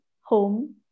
home